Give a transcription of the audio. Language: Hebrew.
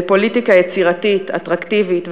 אל פוליטיקה יצירתית, אטרקטיבית ומרגשת,